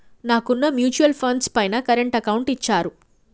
నాకున్న mutual funds పైన current account ఇచ్చారు